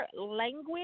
language